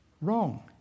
wrong